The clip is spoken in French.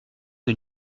que